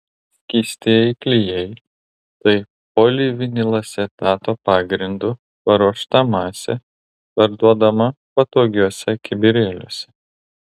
skystieji klijai tai polivinilacetato pagrindu paruošta masė parduodama patogiuose kibirėliuose